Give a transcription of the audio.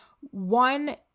One